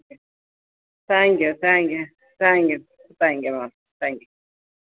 thank you thank you thank you thank you ആ thank U